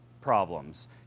problems